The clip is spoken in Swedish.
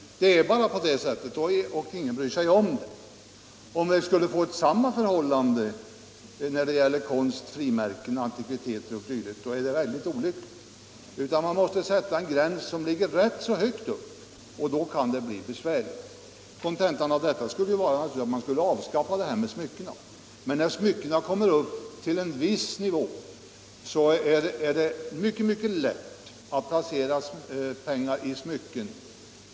Det är på det sättet, och ingen bryr sig om det. Om vi skulle få samma förhållande när det gäller konst, frimärken, antikviteter o. d., vore det mycket olyckligt. Man måste sätta en gräns som ligger rätt högt, och då kan det bli besvärligt. Kontentan av detta skulle ju vara att man kunde avskaffa bestämmelsen om smyckena. Men när smyckenas värde kommer upp till en viss nivå, är det mycket lätt att placera pengar i smycken.